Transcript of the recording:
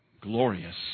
glorious